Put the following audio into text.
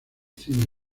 cine